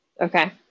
Okay